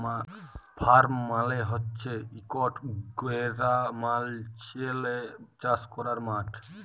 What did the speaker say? farm মালে হছে ইকট গেরামাল্চলে চাষ ক্যরার মাঠ